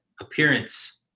appearance